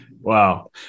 Wow